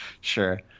Sure